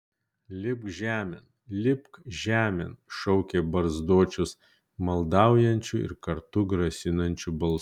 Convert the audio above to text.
lipk žemėn lipk žemėn šaukė barzdočius maldaujančiu ir kartu grasinančiu balsu